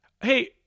Hey